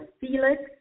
Felix